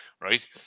right